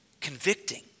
convicting